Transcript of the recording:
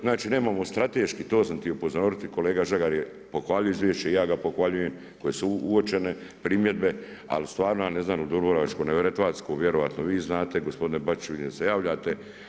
Znači nemamo strateški, to sam htio upozoriti, kolega Žagar je pohvalio izviješće i ja ga pohvaljujem koje su uočene primjedbe, ali stvarno ja ne znam u Dubrovačku-neretvansku, vjerojatno vi znate gospodine Bačiću jer se javljate.